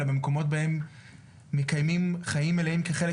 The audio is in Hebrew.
אלא במקומות בהם מקיימים חיים מלאים כחלק